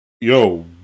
Yo